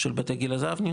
של בתי גיל הזהב נגמר.